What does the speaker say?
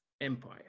empire